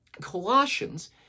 Colossians